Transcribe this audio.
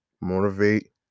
motivate